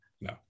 no